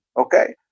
Okay